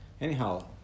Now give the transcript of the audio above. Anyhow